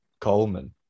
Coleman